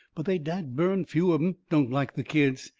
but they's dad-burned few of em don't like the kids.